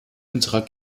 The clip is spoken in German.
unserer